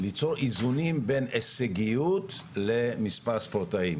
ליצור איזונים בין הישגיות למספר הספורטאים.